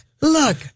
look